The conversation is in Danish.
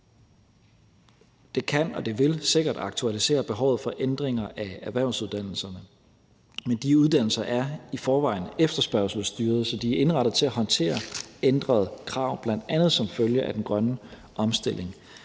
Det kan og det vil sikkert aktualisere behovet for ændringer af erhvervsuddannelserne. De uddannelser er i forvejen efterspørgselsstyrede, så de er indrettet til at håndtere ændrede krav som følge af bl.a. den grønne omstilling.